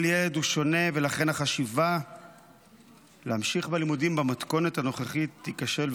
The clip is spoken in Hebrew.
כל ילד הוא שונה ולכן החשיבה להמשיך בלימודים במתכונת הנוכחית תיכשל,